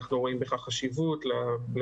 אנחנו רואים בכך חשיבות לבטיחות